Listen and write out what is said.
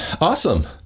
awesome